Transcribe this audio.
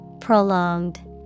Prolonged